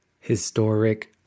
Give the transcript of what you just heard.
Historic